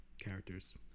characters